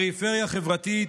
"פריפריה חברתית"